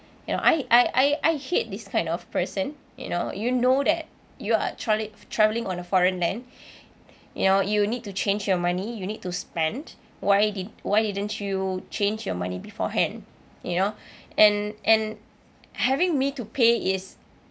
you know I I I I hate this kind of person you know you know that you are travelling on a foreign land you know you need to change your money you need to spend why did why didn't you change your money beforehand you know and and having me to pay is